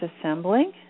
assembling